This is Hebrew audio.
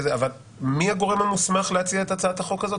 אבל מי הגורם המוסמך להציע את הצעת החוק הזאת?